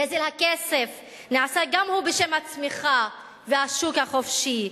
גזל הכסף נעשה גם הוא בשם הצמיחה והשוק החופשי.